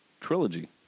trilogy